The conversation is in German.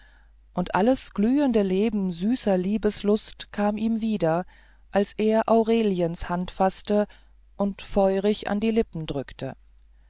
und alles glühende leben süßer liebeslust kam ihm wieder als er aureliens hand faßte und feurig an die lippen drückte